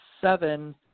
seven